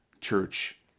church